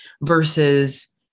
versus